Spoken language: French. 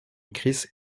kris